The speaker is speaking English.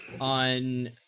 on